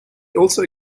also